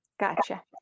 Gotcha